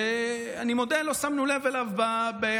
שאני מודה שלא שמנו לב אליו בהקמת